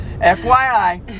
FYI